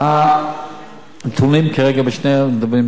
הנתונים כרגע בשניהם הם נתונים טובים.